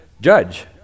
judge